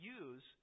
use